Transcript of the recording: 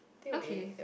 okay